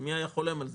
מי היה חולם על זה?